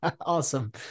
Awesome